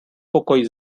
pokoj